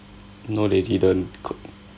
no they didn't